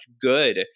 good